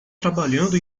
trabalhando